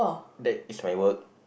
that is my work